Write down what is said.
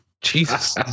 Jesus